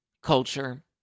Culture